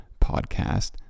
podcast